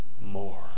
more